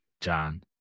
John